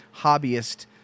hobbyist